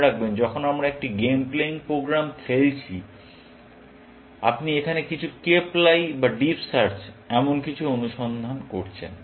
মনে রাখবেন যখন আমরা একটি গেম প্লেয়িং প্রোগ্রাম খেলছি আপনি এখানে কিছু কেপ লাই বা ডিপ সার্চ এমন কিছু অনুসন্ধান করছেন